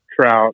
trout